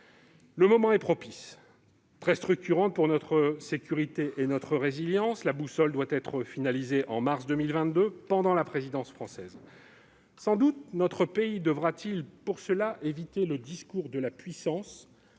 Le moment est propice. Très structurante pour notre sécurité et notre résilience, la boussole devra être finalisée en mars 2022, pendant la présidence française. Sans doute notre pays devra-t-il pour cela éviter le discours de la puissance,